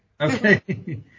Okay